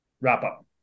wrap-up